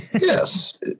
Yes